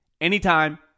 anytime